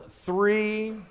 three